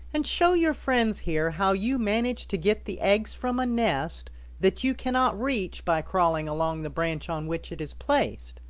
and show your friends here how you manage to get the eggs from a nest that you cannot reach by crawling along the branch on which it is placed,